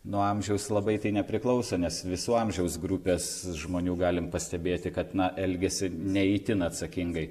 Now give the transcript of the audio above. nuo amžiaus labai tai nepriklauso nes visų amžiaus grupes žmonių galim pastebėti kad na elgiasi ne itin atsakingai